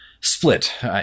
Split